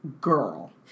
girl